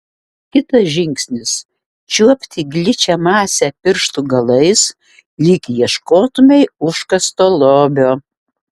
kitas žingsnis čiuopti gličią masę pirštų galais lyg ieškotumei užkasto lobio